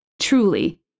truly